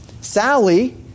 Sally